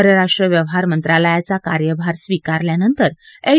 परराष्ट्र व्यवहार मंत्रालयाचा कार्यभार स्वीकारल्यानंतर एस